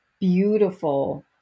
beautiful